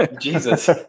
Jesus